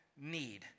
need